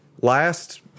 last